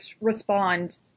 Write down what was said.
respond